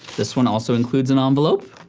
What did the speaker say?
this one also includes an envelope.